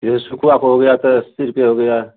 यह सुखूआ को हो गया तो अस्सी रुपया हो गया